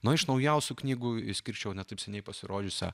na iš naujausių knygų išskirčiau ne taip seniai pasirodžiusią